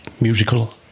musical